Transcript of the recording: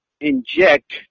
inject